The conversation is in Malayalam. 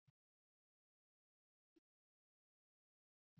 പ്ലസ് അടുത്ത ടെർമ് വിദ്യാർത്ഥി U 3